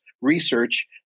Research